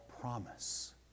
promise